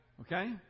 Okay